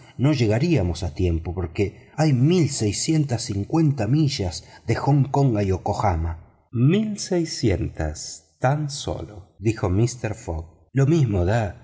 no llegaríamos a tiempo porque hay mil seiscientas cincuenta millas de hong kong a yokohama mil seiscientas tan sólo dijo mister fogg lo mismo da